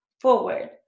forward